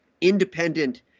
Independent